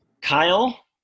Kyle